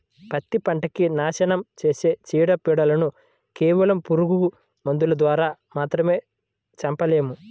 పత్తి పంటకి నాశనం చేసే చీడ, పీడలను కేవలం పురుగు మందుల ద్వారా మాత్రమే చంపలేము